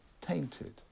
tainted